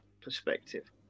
perspective